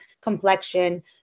complexion